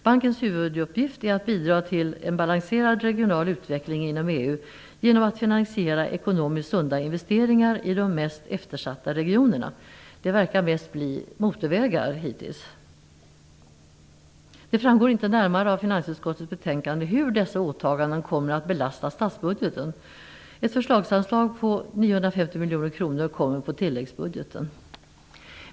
Bankens huvuduppgift är att bidra till en balanserad regional utveckling inom EU genom att finansiera ekonomiskt sunda investeringar i de mest eftersatta regionerna. Det har hittills verkat bli mest motorvägar. Det framgår inte närmare av finansutskottets betänkande hur dessa åtaganden kommer att belasta statsbudgeten. Ett förslagsanslag på 950 miljoner kronor kommer på tilläggsbudget.